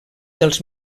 dels